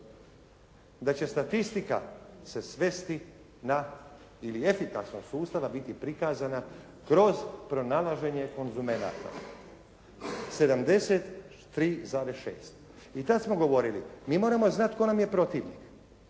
da će statistika se svesti na, ili efikasnost sustava biti prikazana kroz pronalaženje konzumenata. 73,6. I tad smo govorili mi moramo znati tko nam je protivnik.